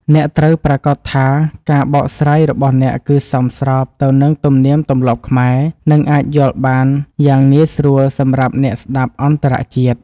អ្នកត្រូវប្រាកដថាការបកស្រាយរបស់អ្នកគឺសមស្របទៅនឹងទំនៀមទម្លាប់ខ្មែរ និងអាចយល់បានយ៉ាងងាយស្រួលសម្រាប់អ្នកស្តាប់អន្តរជាតិ។